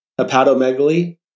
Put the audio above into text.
hepatomegaly